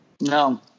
No